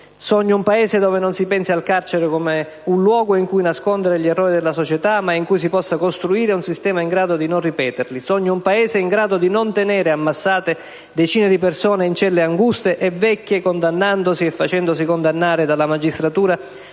Sogno un Paese dove non si pensi al carcere come un luogo in cui nascondere gli errori della società, ma in cui si possa costruire un sistema in grado di non ripeterli. Sogno un Paese in grado di non tenere ammassate decine di persone in celle anguste e vecchie, condannandosi e facendosi condannare dalla magistratura